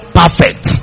perfect